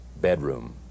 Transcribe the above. bedroom